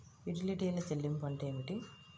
యుటిలిటీల చెల్లింపు అంటే ఏమిటి?